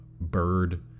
bird